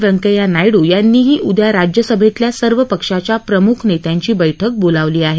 व्यंकय्या नायडू यांनीही उद्या राज्यसभेतल्या सर्व पक्षाच्या प्रमुख नेत्यांची बैठक बोलावली आहे